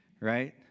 right